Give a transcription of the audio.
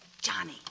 Johnny